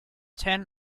ten